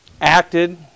Acted